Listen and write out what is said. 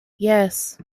yes